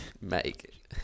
Make